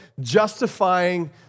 justifying